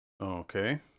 Okay